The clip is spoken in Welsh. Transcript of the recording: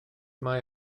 mae